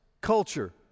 culture